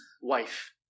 wife